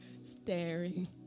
staring